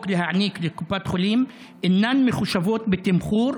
להעניק לקופת חולים אינן מחושבות בתמחור,